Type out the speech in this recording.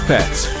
Pets